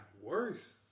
worse